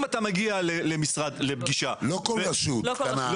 לא כל רשות קטנה.